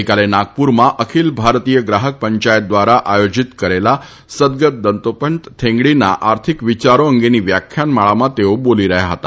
ગઇકાલ નાગપુરમાં અખિલ ભારતીય ગ્રાહકપંચાયત દ્વારા આયોજીત કરેલા સદગત દત્તોપંત થેંગડીના આર્થિક વિચારો અંગશ્ની વ્યાખ્યાનમાળામાં તશ્નો બોલી રહ્યા હતા